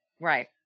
Right